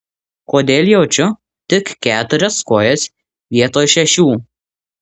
kodėl jaučiu tik keturias kojas vietoj šešių